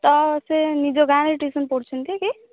ତ ସେ ନିଜ ଗାଆଁରେ ଟିଉସନ୍ ପଢ଼ୁଛନ୍ତି କି